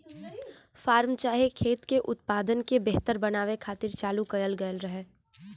form चाहे खेत के उत्पादन के बेहतर बनावे खातिर चालू कएल गएल रहे